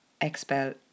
expel